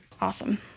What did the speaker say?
Awesome